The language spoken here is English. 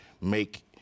make